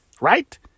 Right